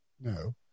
no